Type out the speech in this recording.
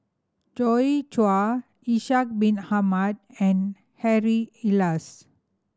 Joi Chua Ishak Bin Ahmad and Harry Elias